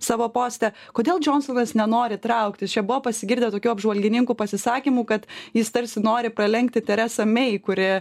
savo poste kodėl džionsonas nenori trauktis čia buvo pasigirdę tokių apžvalgininkų pasisakymų kad jis tarsi nori pralenkti teresą mei kuri